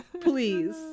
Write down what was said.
Please